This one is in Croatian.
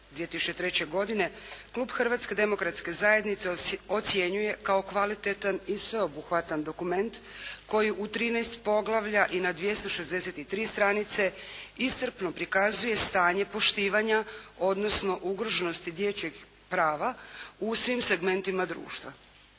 2003. godine, klub Hrvatske demokratske zajednice ocjenjuje kao kvalitetan i sveobuhvatan dokument koji u 13 poglavlja i na 263 stranice iscrpno prikazuje stanje poštivanja odnosno ugroženosti dječjeg prava u svim segmentima društva.